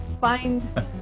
find